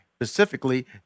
Specifically